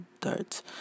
darts